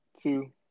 Two